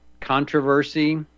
controversy